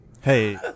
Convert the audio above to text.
Hey